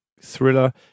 thriller